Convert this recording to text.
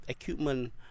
equipment